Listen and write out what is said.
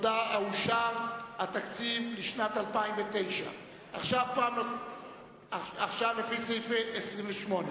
אושר התקציב לשנת 2009. סעיף 28,